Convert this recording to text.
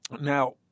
Now